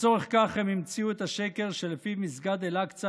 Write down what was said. לצורך כך הם המציאו את השקר שלפיו מסגד אל-אקצא